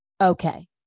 okay